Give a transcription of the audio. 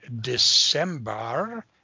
December